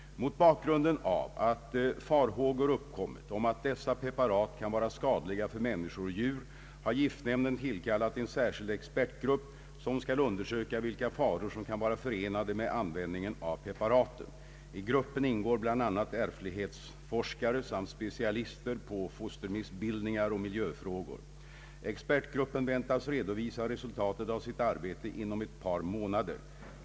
Mot bakgrunden av att farhågor uppkommit om att dessa preparat kan vara skadliga för människor och djur har giftnämnden tillkallat en särskild expertgrupp som skall undersöka vilka faror som kan vara förenade med användning av preparaten. I gruppen ingår bl.a. ärftlighetsforskare samt specialister på fostermissbildningar och miljöfrågor. Expertgruppen väntas redovisa resultatet av sitt arbete inom ett par månader.